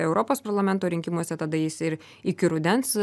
europos parlamento rinkimuose tada jis ir iki rudens